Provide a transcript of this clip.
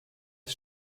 his